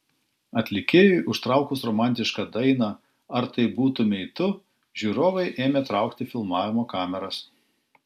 atlikėjui užtraukus romantišką dainą ar tai būtumei tu žiūrovai ėmė traukti filmavimo kameras